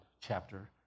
chapter